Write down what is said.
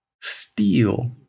steal